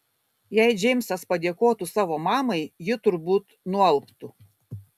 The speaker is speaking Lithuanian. jei džeimsas padėkotų savo mamai ji turbūt nualptų